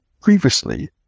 previously